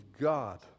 God